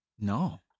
No